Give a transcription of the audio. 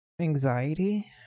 Anxiety